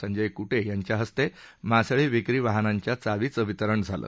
संजय क्टे यांच्या हस्ते मासळी विक्री वाहनांच्या चावीचं वितरण झालं